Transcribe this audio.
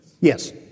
Yes